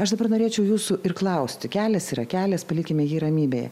aš dabar norėčiau jūsų ir klausti kelias yra kelias palikime jį ramybėje